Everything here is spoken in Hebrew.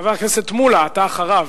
חבר הכנסת מולה, אתה אחריו.